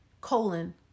colon